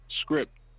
script